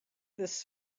this